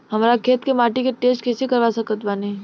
हमरा खेत के माटी के टेस्ट कैसे करवा सकत बानी?